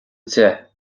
deich